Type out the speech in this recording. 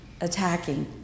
attacking